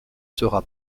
sera